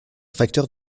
facteur